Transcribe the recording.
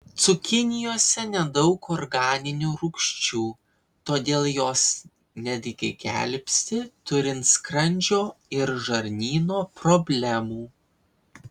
cukinijose nedaug organinių rūgčių todėl jos netgi gelbsti turint skrandžio ir žarnyno problemų